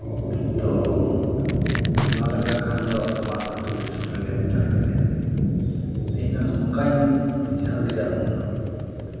ᱛᱚ ᱚᱱᱟ ᱞᱮᱠᱟ ᱠᱷᱟᱱᱫᱚ ᱟᱢᱟᱜ ᱟᱛᱳ ᱫᱤᱥᱚᱢ ᱨᱮᱜᱮᱢ ᱛᱟᱦᱮᱸ ᱫᱟᱲᱮᱭᱟᱜ ᱠᱤᱭᱟ ᱤᱧ ᱫᱚ ᱱᱚᱝᱠᱟᱧ ᱵᱩᱡᱷᱟᱹᱣ ᱠᱮᱫᱟ ᱩᱱ ᱦᱤᱞᱳᱜ